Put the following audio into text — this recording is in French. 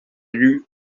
lut